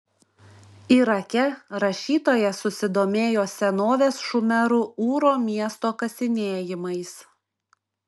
irake rašytoja susidomėjo senovės šumerų ūro miesto kasinėjimais